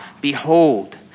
behold